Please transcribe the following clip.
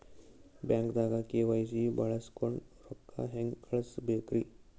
ಬ್ಯಾಂಕ್ದಾಗ ಕೆ.ವೈ.ಸಿ ಬಳಸ್ಕೊಂಡ್ ರೊಕ್ಕ ಹೆಂಗ್ ಕಳಸ್ ಬೇಕ್ರಿ?